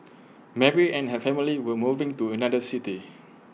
Mary and her family were moving to another city